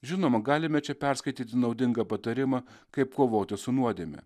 žinoma galime čia perskaityti naudingą patarimą kaip kovoti su nuodėme